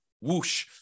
whoosh